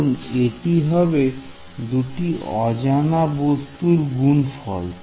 কারণ এটি হবে দুটি অজানা বস্তুর গুণফল